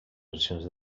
versions